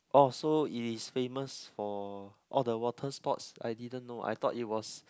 oh so it is famous for all the water sports I didn't know I thought it was